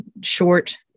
short